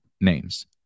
names